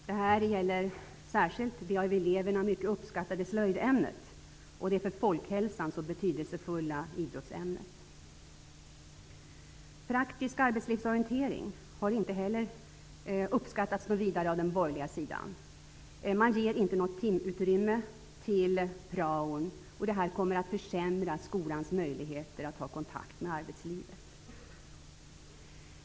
Detta gäller särskilt det av eleverna mycket uppskattade slöjdämnet och det för folkhälsan så betydelsefulla idrottsämnet. Inte heller praktisk yrkeslivsorientering har uppskattats något vidare av den borgerliga sidan. Man ger inte något timutrymme till prao, vilket kommer att försämra skolans möjligheter att ha kontakt med arbetslivet.